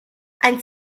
ein